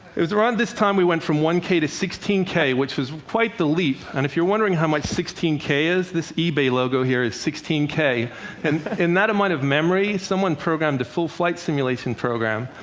it was around this time we went from one k to sixteen k, which was quite the leap. and if you're wondering how much sixteen k is, this ebay logo here is sixteen k. and in that amount of memory someone programmed a full flight simulation program.